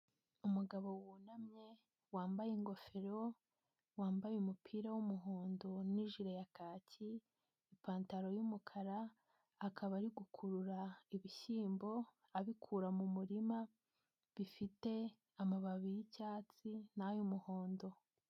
Umugabo wunamye wambaye ingofero, wambaye umupira w'umuhondo n'ijire ya kaki, ipantaro y'umukara akaba ari gukurura ibishyimbo abikura mu murima bifite amababi y'icyatsi n'ay'umuhondo.